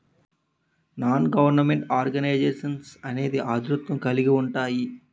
non government organisations అనేవి దాతృత్వం కలిగి ఉంటాయి